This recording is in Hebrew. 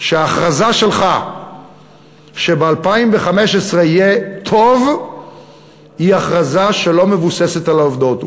שההכרזה שלך שב-2015 יהיה טוב היא הכרזה שלא מבוססת על העובדות.